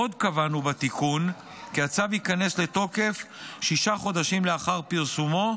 עוד קבענו בתיקון כי הצו ייכנס לתוקף שישה חודשים לאחר פרסומו